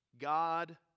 God